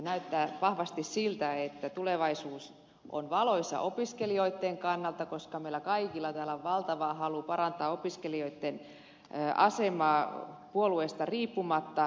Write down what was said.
näyttää vahvasti siltä että tulevaisuus on valoisa opiskelijoitten kannalta koska meillä kaikilla täällä on valtava halu parantaa opiskelijoitten asemaa puolueesta riippumatta